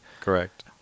Correct